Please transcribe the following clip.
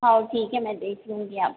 आओ ठीक है मैं देख लूँगी आपको